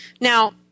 Now